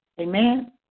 Amen